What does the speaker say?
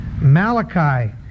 Malachi